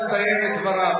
תאפשרו לשר לסיים את דבריו.